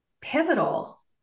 pivotal